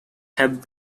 have